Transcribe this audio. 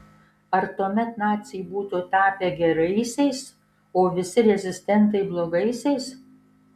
ar tuomet naciai būtų tapę geraisiais o visi rezistentai blogaisiais